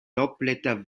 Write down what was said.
laubblätter